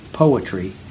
poetry